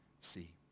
see